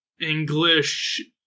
English